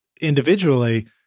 individually